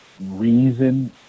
reason